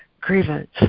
grievance